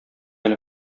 әле